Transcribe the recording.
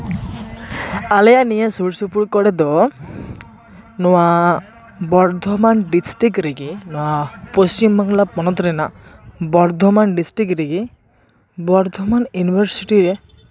ᱟᱞᱮᱭᱟᱜ ᱱᱤᱭᱟᱹ ᱥᱩᱨ ᱥᱩᱯᱩᱨ ᱠᱚᱨᱮ ᱫᱚ ᱱᱚᱶᱟ ᱵᱚᱨᱫᱷᱚᱢᱟᱱ ᱰᱤᱥᱴᱤᱠ ᱨᱮᱜᱮ ᱱᱚᱶᱟ ᱯᱚᱥᱪᱤᱢᱵᱟᱝᱞᱟ ᱯᱚᱱᱚᱛ ᱨᱮᱱᱟᱜ ᱵᱚᱨᱫᱷᱚᱢᱟᱱ ᱰᱤᱥᱴᱤᱠ ᱨᱮᱜᱮ ᱵᱚᱨᱫᱷᱚᱢᱟᱱ ᱤᱭᱩᱱᱵᱷᱟᱨᱥᱤᱴᱤᱨᱮ